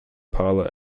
pilot